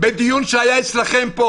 בדיון שהיה אצלכם פה